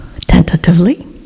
tentatively